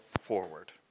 forward